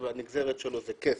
והנגזרת של כוח אדם זה כסף.